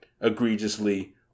egregiously